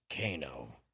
Kano